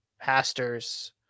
pastors